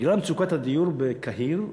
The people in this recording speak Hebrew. בגלל מצוקת הדיור בקהיר,